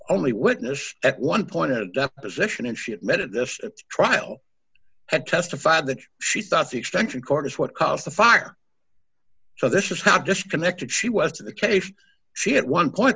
only witnessed at one point to deposition and she admitted this trial and testified that she thought the extension cord is what caused the fire so this is how disconnected she was to the case she had one point